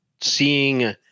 seeing